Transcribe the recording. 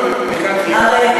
קודם כול, למתקן כליאה.